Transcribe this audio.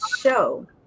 show